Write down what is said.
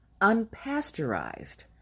unpasteurized